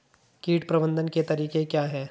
कीट प्रबंधन के तरीके क्या हैं?